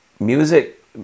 Music